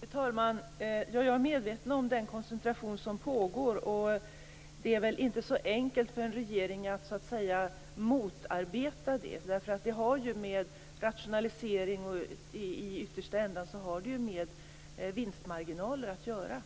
Fru talman! Jag är medveten om den koncentration som pågår. Nu är det inte så enkelt för en regering att motarbeta detta. Det har ju med rationalisering och i yttersta änden med vinstmarginaler att göra.